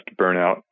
burnout